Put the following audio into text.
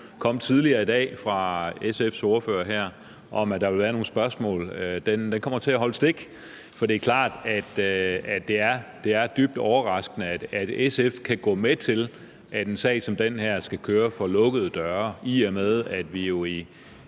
her tidligere i dag fra SF's ordfører, om, at der ville være nogle spørgsmål, kommer til at holde stik. For det er klart, at det er dybt overraskende, at SF kan gå med til, at en sag som den her skal køre for lukkede døre, i og med at vi jo